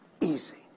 easy